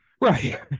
right